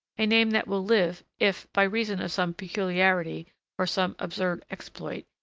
a name that will live, if, by reason of some peculiarity or some absurd exploit,